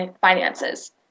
finances